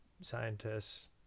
scientists